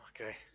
Okay